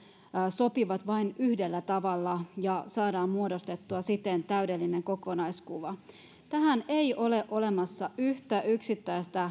sopivat vain yhdellä tavalla ja saadaan muodostettua siten täydellinen kokonaiskuva tähän ei ole olemassa yhtä yksittäistä